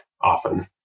often